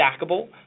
stackable